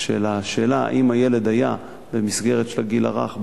שהשאלה אם הילד היה במסגרת של הגיל הרך,